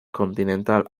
continental